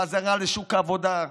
חזרה לשוק העבודה,